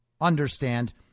understand